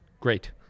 Great